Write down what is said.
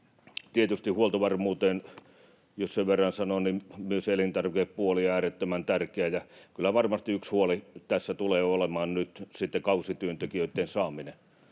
Tietysti huoltovarmuuteen liittyen, jos sen verran sanon, myös elintarvikepuoli on äärettömän tärkeä, ja kyllä varmasti yksi huoli tässä tulee olemaan nyt sitten kausityöntekijöitten saaminen.